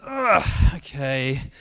okay